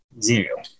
zero